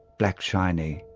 black-shiny,